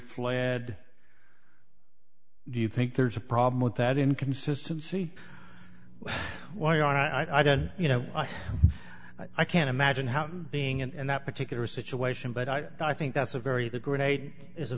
fled do you think there's a problem with that inconsistency well you know i don't you know i can't imagine how being and that particular situation but i think that's a very the grenade is a